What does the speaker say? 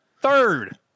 Third